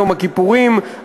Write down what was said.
יום הכיפורים,